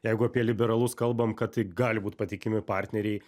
jeigu apie liberalus kalbam kad tai gali būt patikimi partneriai